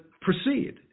proceed